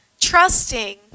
trusting